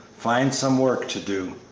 find some work to do.